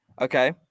Okay